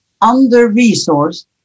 under-resourced